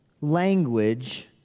language